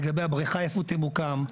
לגבי הבריכה ואיפה היא תמוקם,